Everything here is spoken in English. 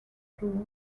through